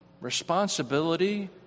responsibility